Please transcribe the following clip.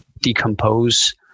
decompose